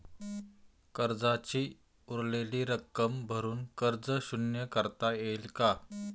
कर्जाची उरलेली रक्कम भरून कर्ज शून्य करता येईल का?